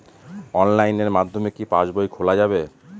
অনলাইনের মাধ্যমে কি পাসবই খোলা যাবে?